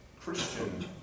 Christian